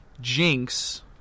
Jinx